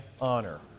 honor